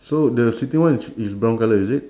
so the sitting one is is brown colour is it